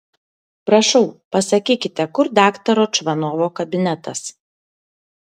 prašau pasakykite kur daktaro čvanovo kabinetas